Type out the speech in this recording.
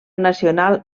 nacional